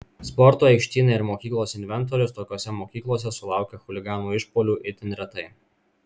sporto aikštynai ir mokyklos inventorius tokiose mokyklose sulaukia chuliganų išpuolių itin retai